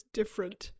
different